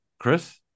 Chris